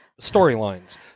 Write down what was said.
storylines